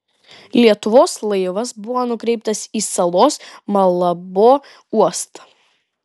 lietuvos laivas buvo nukreiptas į salos malabo uostą